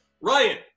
Ryan